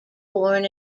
born